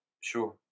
Sure